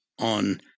on